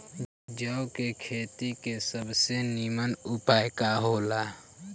जौ के खेती के सबसे नीमन उपाय का हो ला?